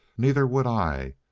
neither would i.